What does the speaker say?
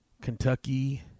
Kentucky